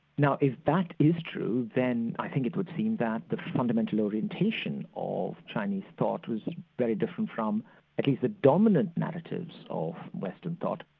now if that is true then i think it would seem that the fundamental orientation of chinese thought was very different from at least the dominant narratives of western thought.